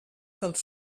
dels